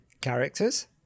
characters